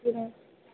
जी ma'am